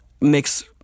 makes